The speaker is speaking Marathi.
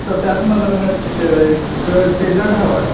तर त्यात मला ना ए क डेझर्ट हवा आहे